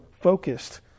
focused